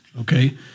okay